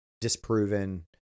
disproven